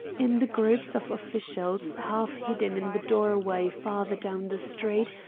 in the groups of officials half hidden in the doorway farther down the street,